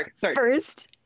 first